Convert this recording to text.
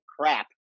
crap